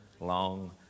long